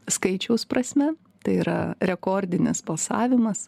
skaičiaus prasme tai yra rekordinis balsavimas